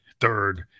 third